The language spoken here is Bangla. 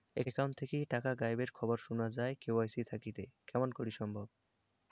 একাউন্ট থাকি টাকা গায়েব এর খবর সুনা যায় কে.ওয়াই.সি থাকিতে কেমন করি সম্ভব?